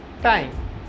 time